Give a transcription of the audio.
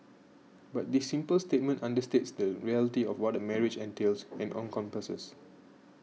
but this simple statement understates the reality of what a marriage entails and encompasses